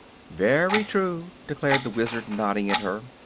very true, declared the wizard, nodding at her.